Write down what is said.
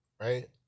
right